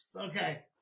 Okay